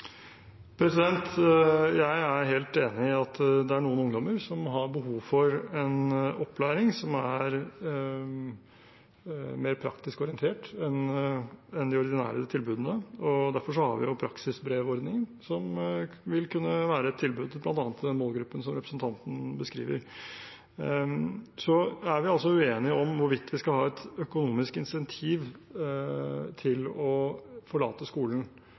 Jeg er helt enig i at det er noen ungdommer som har behov for en opplæring som er mer praktisk orientert enn de ordinære tilbudene. Derfor har vi praksisbrevordningen, som vil kunne være et tilbud bl.a. til den målgruppen som representanten beskriver. Vi er uenige om hvorvidt vi skal ha et økonomisk insentiv til å forlate skolen